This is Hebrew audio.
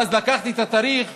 ואז לקחתי את התאריך